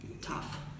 tough